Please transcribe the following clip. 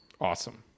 Awesome